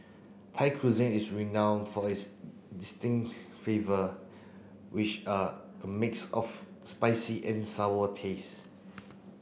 Thai Cuisine is renowned for its distinct flavour which are a mix of spicy and sour taste